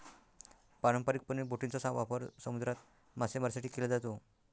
पारंपारिकपणे, बोटींचा वापर समुद्रात मासेमारीसाठी केला जातो